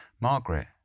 Margaret